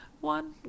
one